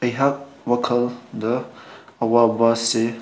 ꯑꯩꯍꯥꯛ ꯋꯥꯈꯜꯗ ꯑꯋꯥꯕꯁꯦ